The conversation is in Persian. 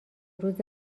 روز